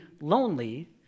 lonely